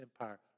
empire